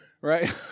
right